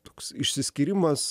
toks išsiskyrimas